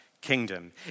kingdom